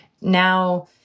Now